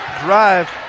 drive